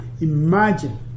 imagine